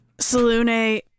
Salune